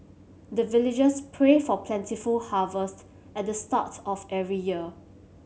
the villagers pray for plentiful harvest at the start of every year